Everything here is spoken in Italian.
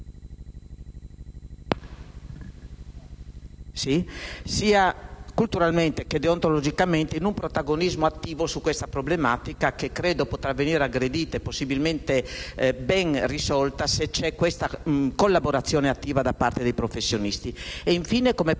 sia culturalmente che deontologicamente in un protagonismo attivo su questa problematica, che credo potrà essere aggredita e quindi ben risolta solo con la collaborazione attiva dei professionisti.